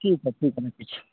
ठीक है ठीक है नहि किछु